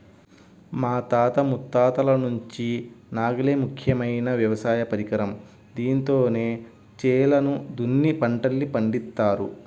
మా తాత ముత్తాతల నుంచి నాగలే ముఖ్యమైన వ్యవసాయ పరికరం, దీంతోనే చేలను దున్ని పంటల్ని పండిత్తారు